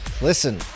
Listen